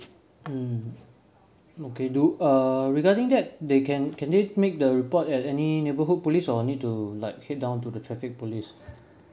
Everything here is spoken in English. mm okay do err regarding that they can can they make the report at any neighbourhood police or need to like head down to the traffic police